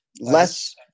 less